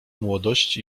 młodości